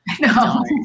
no